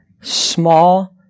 Small